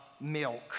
milk